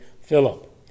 Philip